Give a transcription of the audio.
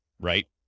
right